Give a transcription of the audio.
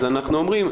אז אנחנו אומרים,